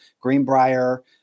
Greenbrier